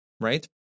right